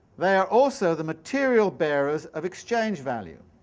they are also the material bearers of exchange-value.